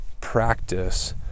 practice